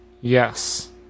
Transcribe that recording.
yes